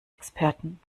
experten